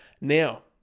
now